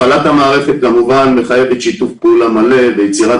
הפעלת המערכת מחייבת שיתוף פעולה מלא ביציאת